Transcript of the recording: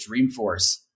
Dreamforce